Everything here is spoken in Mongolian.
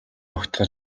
огтхон